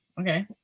Okay